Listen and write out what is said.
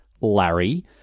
Larry